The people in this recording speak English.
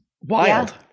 wild